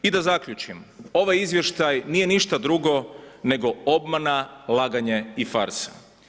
I da zaključim ovaj izvještaj nije ništa drugo nego obmana, laganje i farsa.